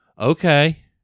okay